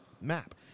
map